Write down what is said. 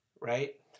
right